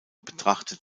betrachtet